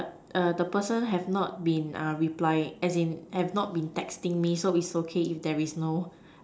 but the person have not been replying as in has not been texting me so it's okay if there is no